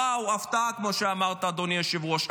וואו, הפתעה, כמו שאמרת, אדוני היושב-ראש.